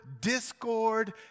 discord